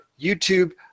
YouTube